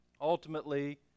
Ultimately